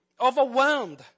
overwhelmed